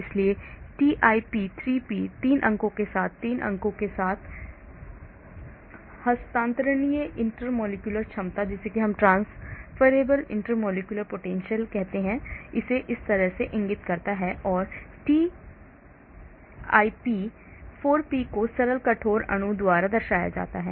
इसलिए TIP3P 3 अंकों के साथ 3 अंकों के साथ हस्तांतरणीय इंटरमॉलिक्युलर क्षमता है जो इसे इस तरह से इंगित करता है और TIP4P को सरल कठोर अणु द्वारा दर्शाया जाता है